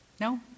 No